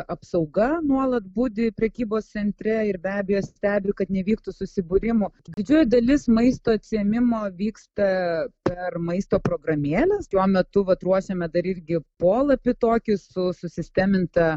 apsauga nuolat budi prekybos centre ir be abejo stebi kad nevyktų susibūrimų didžioji dalis maisto atsiėmimo vyksta per maisto programėles šiuo metu vat ruošiame dar irgi polapį tokį su susisteminta